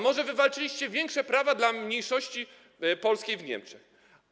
Może wywalczyliście większe prawa dla mniejszości polskiej w Niemczech?